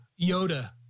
Yoda